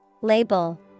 Label